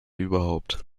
überhaupt